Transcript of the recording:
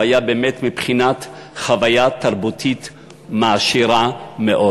שהיה באמת בבחינת חוויה תרבותית מעשירה מאוד.